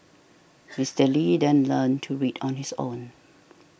Mister Lee then learnt to read on his own